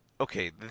okay